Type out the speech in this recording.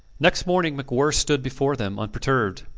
next morning macwhirr stood before them unperturbed,